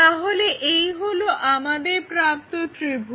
তাহলে এই হলো আমাদের প্রাপ্ত ত্রিভুজ